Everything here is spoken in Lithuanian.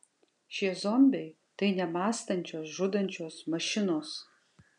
šie zombiai tai nemąstančios žudančios mašinos